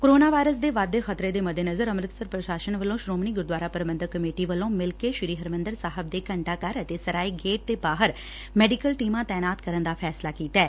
corona virus ਦੇ ਵੱਧ ਦੇ ਖ਼ਤਰੇ ਦੇ ਮੱਦੇਨਜ਼ਰ ਅੰਮਿਤਸਰ ਪੁਸਾਸ਼ਨ ਅਤੇ ਸੋਮਣੀ ਗੁਰਦੁਆਰਾ ਪੁਬੰਧਕ ਕਮੇਟੀ ਵੱਲੋਂ ਮਿਲਕੇ ਸੀ ਹਰਿਮੰਦਰ ਸਾਹਿਬ ਦੇ ਘੰਟਾ ਘਰ ਅਤੇ ਸਰਾਏ ਗੇਟ ਦੇ ਬਾਹਰ ਮੈਡੀਕਲ ਟੀਮਾ ਤਾਇਨਾਤ ਕਰਨ ਦਾ ਫੈਸਲਾ ਕੀਤੈ